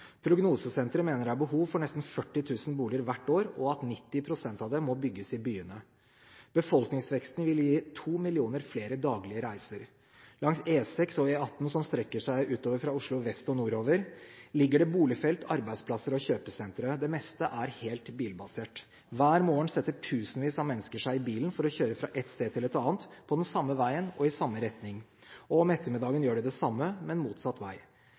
Prognosesenteret mener det er behov for nesten 40 000 boliger hvert år, og at 90 pst. av dem må bygges i byene. Befolkningsveksten vil gi 2 millioner flere daglige reiser. Langs E6 og E18, som strekker seg utover fra Oslo vest og nordover, ligger det boligfelt, arbeidsplasser og kjøpesentre. Det meste er helt bilbasert. Hver morgen setter tusenvis av mennesker seg i bilen for å kjøre fra ett sted til et annet, på den samme veien og i samme retning. Om ettermiddagen gjør de det samme, men motsatt vei.